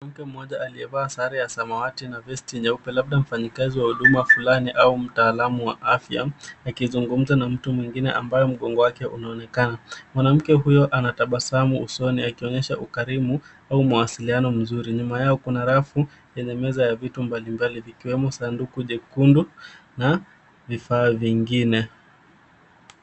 Mke mmoja aliyevaa sare ya samawati na vesti ya nyeupe, labda mfanyikazi wa huduma fulani au mtaalamu wa afya, akizungumza na mtu mwingine ambaye mgongo wake unaonekana. Mwanamke huyo ana tabasamu usoni, akionyesha ukarimu au mawasiliano mzuri. Nyuma yao kuna rafu yenye meza ya vitu mbalimbali, vikiwemo sanduku jekundu na vifaa vingine.